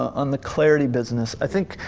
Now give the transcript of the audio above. on the clarity business, i think,